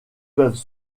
peuvent